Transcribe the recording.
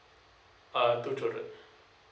uh two children